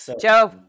Joe